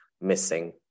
missing